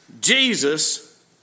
Jesus